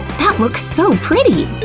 that looks so pretty!